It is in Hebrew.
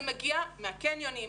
זה מגיע מהקניונים,